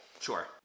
sure